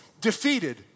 defeated